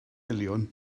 miliwn